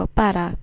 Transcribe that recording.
para